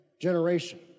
generation